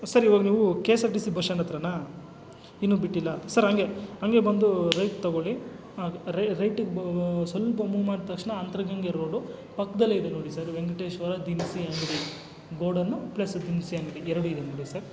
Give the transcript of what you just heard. sir ಈವಾಗ ನೀವು K S R T C bus ಸ್ಟ್ಯಾಂಡತ್ರನಾ ಇನ್ನು ಬಿಟ್ಟಿಲ್ಲ ಸರ್ ಹಂಗೆ ಹಂಗೆ ಬಂದು ರೈಟ್ ತಗೊಳ್ಳಿ ಹಾಂ ರೈಟಿಗೆ ಸ್ವಲ್ಪ ಮೂವ್ ಮಾಡಿದ್ ತಕ್ಷಣ ಅಂತರಗಂಗೆ ರೋಡು ಪಕ್ಕದಲ್ಲೇ ಇದೆ ನೋಡಿ ಸರ್ ವೆಂಕಟೇಶ್ವರ ದಿನಸಿ ಅಂಗಡಿ ಗೋ ಡೌನು ಪ್ಲಸ್ ದಿನಸಿ ಅಂಗಡಿ ಎರಡು ಇದೆ ನೋಡಿ ಸರ್